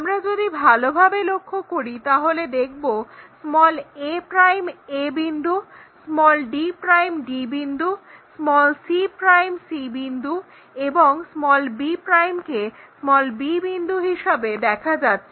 আমরা যদি ভালোভাবে লক্ষ্য করি তাহলে দেখবো a a বিন্দু d d বিন্দু c c বিন্দু এবং b কে b বিন্দু হিসাবে দেখা যাচ্ছে